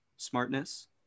Smartness